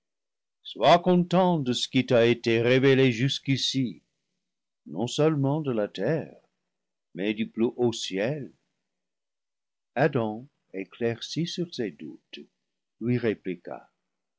sois content de ce qui t'a été révélé jusqu'ici non-seulement de la terre mais du plus haut ciel adam éclairci sur ses doutes lui répliqua